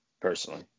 personally